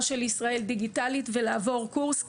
של ישראל דיגיטלית ולעבור קורס כזה.